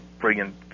brilliant